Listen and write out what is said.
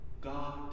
God